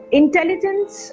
intelligence